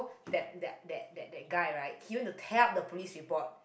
that that that that guy right he want to tell the police report